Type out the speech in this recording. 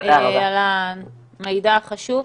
על המידע החשוב.